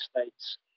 States